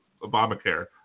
Obamacare